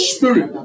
Spirit